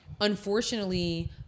unfortunately